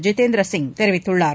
ஜிதேந்திர சிங் தெரிவித்துள்ளார்